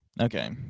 okay